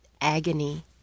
agony